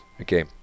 Okay